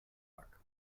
wrack